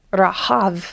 Rahav